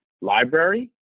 library